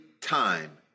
time